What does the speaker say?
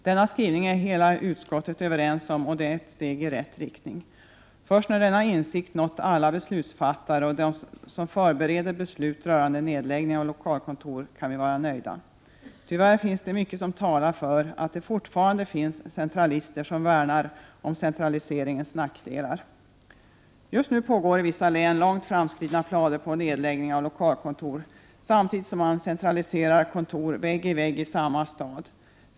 Denna skrivning är utskottet överens om, och det är ett steg i rätt riktning. Först när denna insikt nått alla beslutsfattare och dem som förbereder beslut rörande nedläggning av lokalkontor kan vi vara nöjda. Tyvärr finns det mycket som talar för att det fortfarande finns centralister som värnar om centraliseringens nackdelar. Just nu föreligger i vissa län långt framskridna planer på nedläggning av lokalkontor på samma gång som man centraliserar kontor vägg i vägg i samma stad.